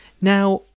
Now